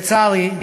לצערי,